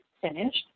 finished